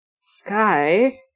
Sky